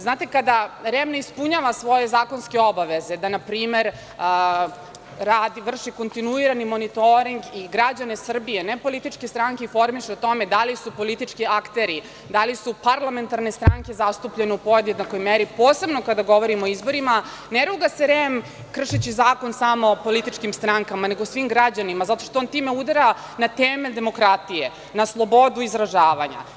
Znate, kada REM ne ispunjava svoje zakonske obaveze, da npr. vrši kontinuirani monitoring i građane Srbije, a ne političke stranke, informiše o tome da li su politički akteri, da li su parlamentarne stranke zastupljene u podjednakoj meri, posebno kada govorimo o izborima, ne ruga se REM kršeći zakon samo političkim strankama, nego svim građanima, zato što on time udara na temelj demokratije, na slobodu izražavanja.